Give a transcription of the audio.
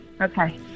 Okay